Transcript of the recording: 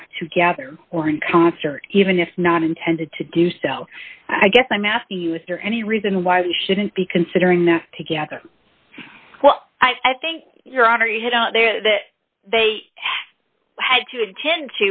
act together or in concert even if not intended to do so i guess i'm asking you is there any reason why we shouldn't be considering that together well i think your honor you had out there that they had to attend